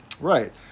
Right